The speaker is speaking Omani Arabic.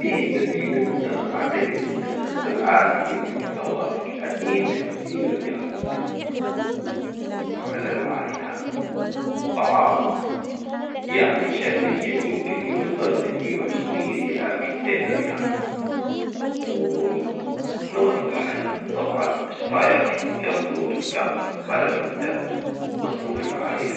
في مدينتنا أعتجد إن الشخص العادي ينفج حوالي تلاتين لخمسين ريال في الأسبوع على العائلة طعام، يعني شهريًا يمكن يوصل لمية وعشرين إلى متين ريال، ون-نمط الحياة طبعًا، إيش رأيك كم كنت متوقع بالنسبة لك إنت مصروف العائلة؟